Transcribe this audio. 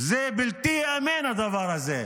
זה בלתי ייאמן, הדבר הזה.